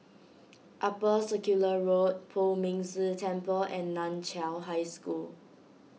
Upper Circular Road Poh Ming Tse Temple and Nan Chiau High School